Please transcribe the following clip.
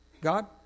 God